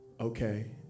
Okay